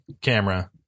camera